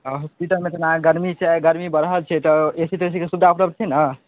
हॉस्पिटलमे जेना गर्मी छै गर्मी बढ़ल छै तऽ एसी तेसीके सुविधा उपलब्ध छै ने